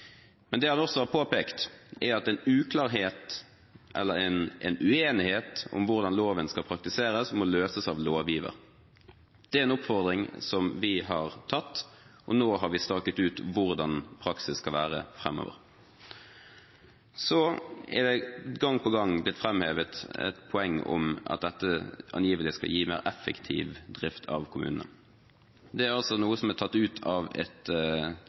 Men det han også har påpekt, er at en uklarhet eller en uenighet om hvordan loven skal praktiseres, må løses av lovgiver. Det er en oppfordring som vi har tatt, og nå har vi staket ut hvordan praksis skal være fremover. Så er det gang på gang blitt framhevet et poeng om at dette angivelig skal gi mer effektiv drift av kommunene. Det er noe som er tatt ut av et